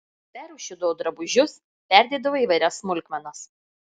perrūšiuodavo drabužius perdėdavo įvairias smulkmenas